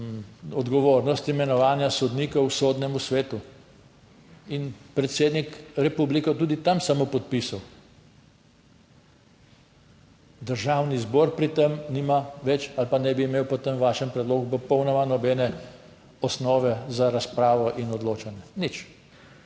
odgovornost imenovanja sodnikov v Sodnem svetu. In predsednik republike bo tudi tam samo podpisal. Državni zbor pri tem nima več ali pa ne bi imel po tem vašem predlogu popolnoma nobene osnove za razpravo in odločanje. Nič.